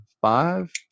five